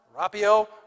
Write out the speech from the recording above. rapio